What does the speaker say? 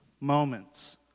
moments